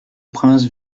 prince